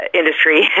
industry